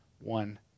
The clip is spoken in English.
one